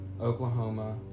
Oklahoma